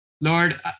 Lord